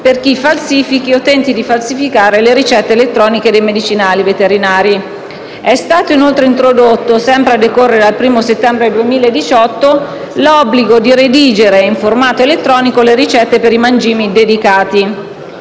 per chi falsifichi o tenti di falsificare le ricette elettroniche dei medicinali veterinari. È stato inoltre introdotto, sempre a decorrere dal 1° settembre 2018, l'obbligo di redigere in formato elettronico le ricette per i mangimi dedicati.